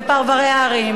בפרברי הערים,